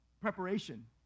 preparation